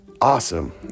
awesome